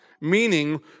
meaning